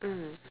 mm